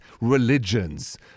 religions